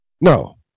No